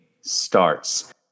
starts